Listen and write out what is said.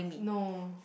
no